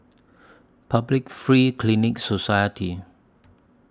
Public Free Clinic Society